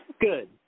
Good